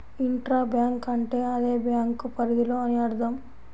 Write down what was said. intra bank అంటే అదే bank పరిధిలో అని అర్థం